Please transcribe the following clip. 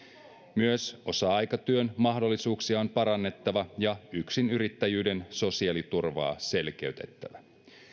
myös osa aikatyön mahdollisuuksia on parannettava ja yksinyrittäjyyden sosiaaliturvaa selkeytettävä